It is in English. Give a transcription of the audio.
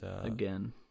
Again